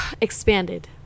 expanded